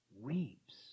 weeps